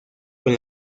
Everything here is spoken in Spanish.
con